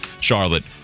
Charlotte